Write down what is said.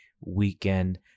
weekend